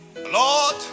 Lord